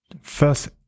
First